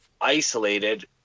isolated